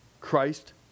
Christ